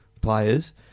players